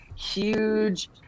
Huge